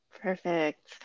Perfect